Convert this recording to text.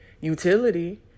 utility